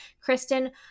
Kristen